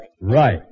Right